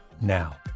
now